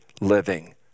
living